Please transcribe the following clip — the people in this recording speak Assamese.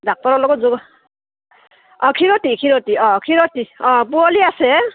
ডাক্টৰৰ লগত য অঁ খীৰতি খীৰতি অঁ খীৰতি অঁ পোৱালি আছে